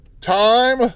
Time